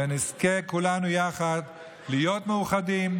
ונזכה כולנו יחד להיות מאוחדים,